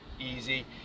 easy